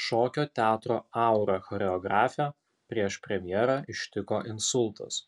šokio teatro aura choreografę prieš premjerą ištiko insultas